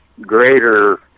greater